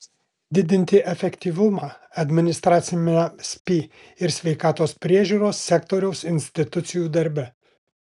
didinti efektyvumą administraciniame spį ir sveikatos priežiūros sektoriaus institucijų darbe